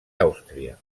àustria